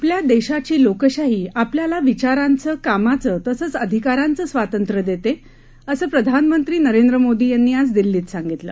आपल्या देशाची लोकशाही आपल्याला विचारांचं कामाचं तसंच अधिकारांचं स्वातंत्र्य देते असं प्रधानमंत्री नरेंद्र मोदी यांनी आज दिल्लीत सांगितलं